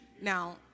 Now